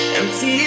Empty